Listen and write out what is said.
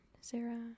Sarah